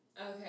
okay